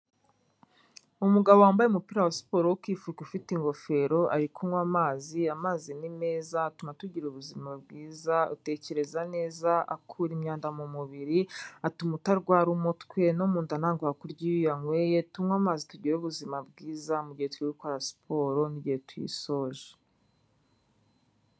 Umugabo wambaye umupira wa siporo wo kifubika ufite ingofero, ari kunywa amazi, amazi ni meza atuma tugira ubuzima bwiza, utekereza neza, akura imyanda mu mubiri atuma utarwara umutwe no mu nda ntabwo hakurya iyo uyanyweye, tunywe amazi tugire ubuzima bwiza mugihe turi gukora siporo n'igihe tuyisoje.